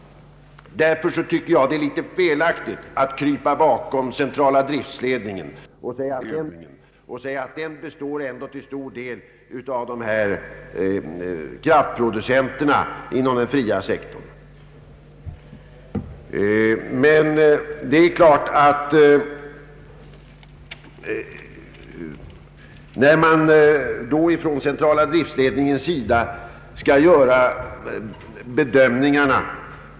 Därför tycker jag det är felaktigt att krypa bakom centrala driftledningen och påstå att denna ändå till stor del består av andra kraftproducenter än Vattenfall. Centrala driftledningen skall göra bedömningarna.